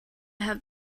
have